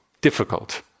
difficult